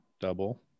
double